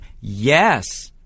yes